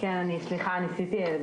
בקצרה.